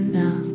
now